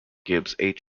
gibbs